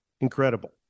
Incredible